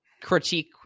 critique